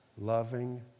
loving